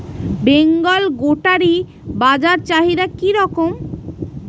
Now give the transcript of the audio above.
বেঙ্গল গোটারি বাজার চাহিদা কি রকম?